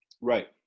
Right